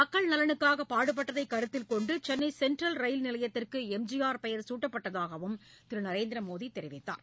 மக்கள் நலனுக்காக பாடுபட்டதை கருத்தில் கொண்டு சென்னை சென்ட்ரல் ரயில் நிலையத்திற்கு எம்ஜிஆர் பெயர் சூட்டப்பட்டதாகவும் திரு நரேந்திர மோடி தெரிவித்தார்